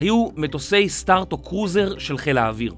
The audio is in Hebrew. היו מטוסי סטארט או קרוזר של חיל האוויר